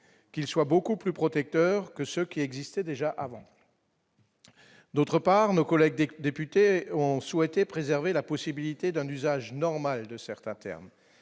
qu'ils soient beaucoup plus protecteur que ce qui existait déjà avant, d'autre part, nos collègues des députés ont souhaité préserver la possibilité d'un usage normal de certains termes,